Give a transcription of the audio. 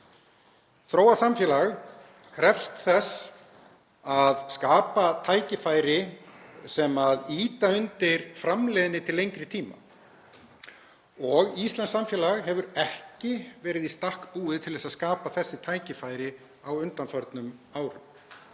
Þróað samfélag krefst þess að skapa tækifæri sem ýta undir framleiðni til lengri tíma og íslenskt samfélag hefur ekki verið í stakk búið til að skapa þessi tækifæri á undanförnum árum.